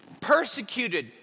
...persecuted